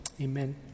amen